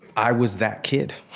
i was that kid.